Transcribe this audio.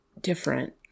different